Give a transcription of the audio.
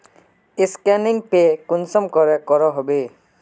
Scanning पे कुंसम करे करो होबे?